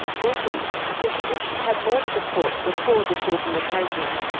becky says she wished she'd had more support before the children were taken.